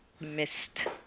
missed